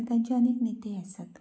आनी ताचे आनीक नेते आसात